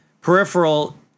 peripheral